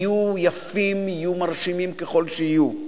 יהיו יפים, יהיו מרשימים ככל שיהיו.